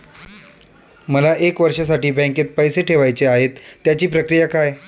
मला एक वर्षासाठी बँकेत पैसे ठेवायचे आहेत त्याची प्रक्रिया काय?